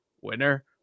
winner